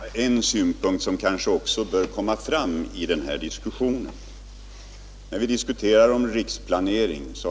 Herr talman! Jag vill bara anföra en synpunkt som jag tycker också bör komma fram i denna diskussion. Vi diskuterar här riksplaneringen.